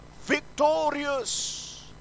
victorious